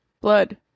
blood